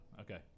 okay